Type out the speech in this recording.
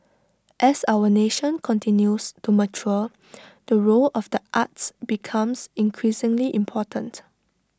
as our nation continues to mature the role of the arts becomes increasingly important